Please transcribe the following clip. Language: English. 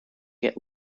get